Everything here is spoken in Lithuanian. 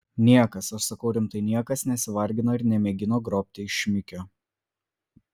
niekas aš sakau rimtai niekas nesivargino ir nemėgino grobti iš šmikio